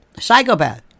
Psychopath